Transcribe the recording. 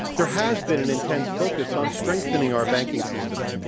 there has been an intense focus on strengthening our banking system.